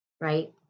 Right